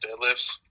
deadlifts